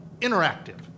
Interactive